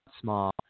small